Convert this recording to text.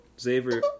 Xavier